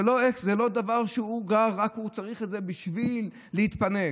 זה לא דבר שצריך אותו רק בשביל להתפנק.